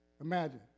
Imagine